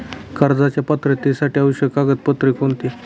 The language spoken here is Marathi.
कर्जाच्या पात्रतेसाठी आवश्यक कागदपत्रे कोणती?